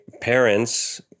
parents